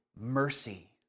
mercy